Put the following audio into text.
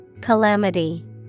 Calamity